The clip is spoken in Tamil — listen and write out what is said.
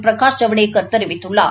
பிரகாஷ் ஜவ்டேகர் தெரிவித்துள்ளார்